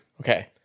Okay